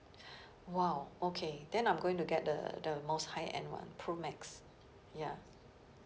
!wow! okay then I'm going to get the the most high end one pro max ya